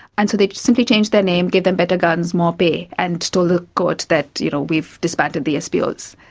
and so they simply changed their name, gave them better guns, more pay, and told the court that, you know, we've disbanded the spos.